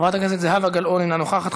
חברת הכנסת זהבה גלאון, אינה נוכחת.